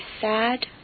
sad